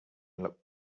looked